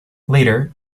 later